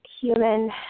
human